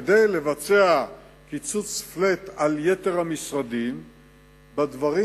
כדי לבצע קיצוץ flat ליתר המשרדים בדברים